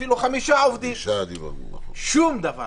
אפילו 5 עובדים שום דבר.